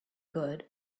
good